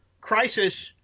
crisis